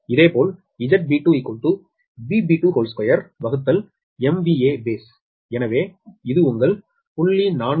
இதேபோல் எனவே இது உங்கள்0